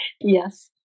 Yes